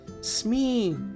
Smee